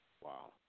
Wow